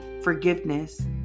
forgiveness